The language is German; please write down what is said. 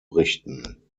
richten